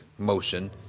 Motion